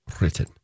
written